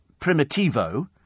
Primitivo